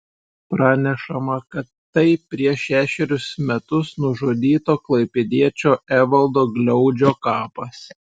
pranešama kad tai prieš šešerius metus nužudyto klaipėdiečio evaldo gliaudžio kapas